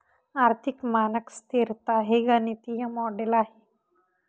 आर्थिक मानक स्तिरता हे गणितीय मॉडेल आहे